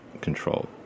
control